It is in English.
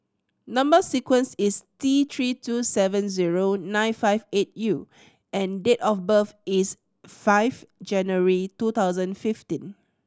number sequence is T Three two seven zero nine five eight U and date of birth is five January two thousand fifteen